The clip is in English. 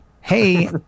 Hey